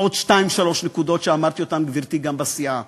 עוד שתיים-שלוש נקודות שאמרתי, גברתי, גם בסיעה.